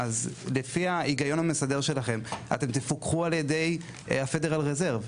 אז לפי ההיגיון המסדר שלכם אתם תפוקחו על ידי ה- federal reserve.